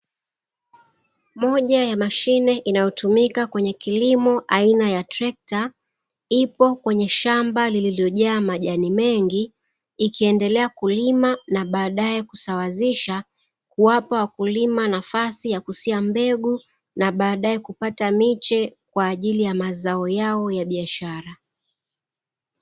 Moja ya mashine inayotumika kwenye kilimo aina ya trekta, ipo kwenye shamba lililojaa majani mengi, ikiendelea kulima na baadae kusawazisha, kuwapa wakulima nafasi ya kusia mbegu, na baadae kupata miche kwa ajili ya mazao yao ya biashara.